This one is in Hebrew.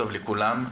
לכולם.